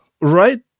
right